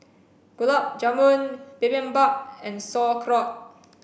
Gulab Jamun Bibimbap and Sauerkraut